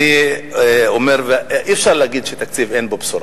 אי-אפשר להגיד שהתקציב, אין בו בשורה.